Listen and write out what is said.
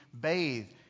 bathed